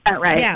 right